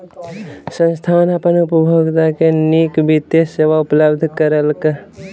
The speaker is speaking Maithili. संस्थान अपन उपभोगता के नीक वित्तीय सेवा उपलब्ध करौलक